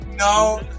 No